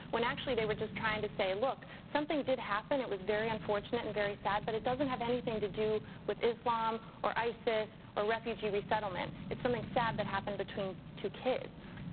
when actually they were just trying to say, look, something did happen. it was very unfortunate and very sad. but it doesn't have anything to do with islam or isis or refugee resettlement. it's something sad that happened between two kids.